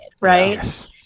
Right